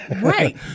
Right